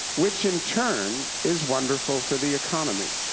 which, in turn, is wonderful for the economy.